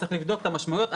צריך לבדוק את המשמעויות.